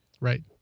Right